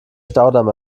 staudamm